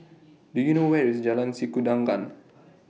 Do YOU know Where IS Jalan Sikudangan